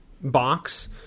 box